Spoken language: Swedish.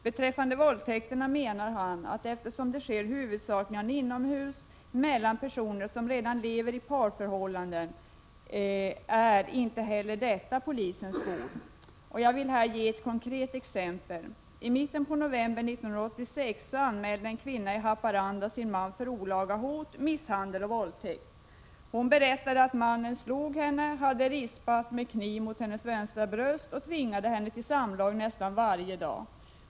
Beträffande våldtäkterna menar han att eftersom de sker huvudsakligen inomhus mellan personer som redan lever i parförhållanden, är inte heller detta polisens bord. Jag vill här ge ett konkret exempel. I mitten av november 1986 anmälde en kvinna i Haparanda sin man för olaga hot, misshandel och våldtäkt. Hon berättade att mannen slog henne, hade rispat med kniv mot hennes vänstra bröst och tvingat henne till samlag nästan varje dag.